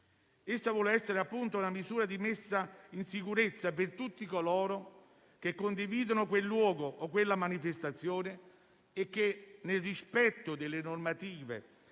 Essa vuole essere, appunto, una misura di messa in sicurezza per tutti coloro che condividono un determinato luogo o manifestazione e che, nel rispetto delle normative,